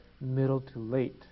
middle-to-late